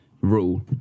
rule